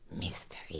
Mystery